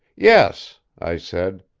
yes, i said.